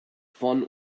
von